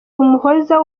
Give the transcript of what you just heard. umuhoza